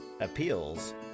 appeals